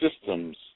systems